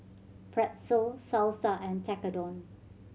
Pretzel Salsa and Tekkadon